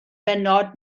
bennod